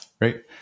Right